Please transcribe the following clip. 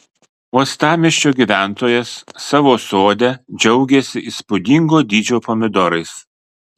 uostamiesčio gyventojas savo sode džiaugiasi įspūdingo dydžio pomidorais